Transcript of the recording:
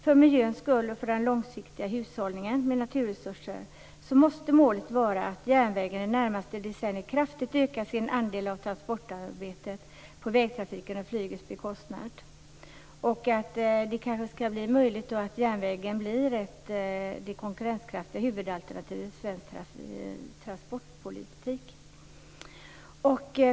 För miljöns skull och för den långsiktiga hushållningen med naturresurser måste målet vara att järnvägen det närmaste decenniet kraftigt ökar sin andel av transportarbetet på vägtrafikens och flygets bekostnad. Kanske kan då järnvägen bli det konkurrenskraftiga huvudalternativet inom svensk transportpolitik.